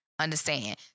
understand